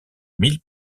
mille